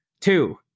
Two